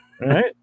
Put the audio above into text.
right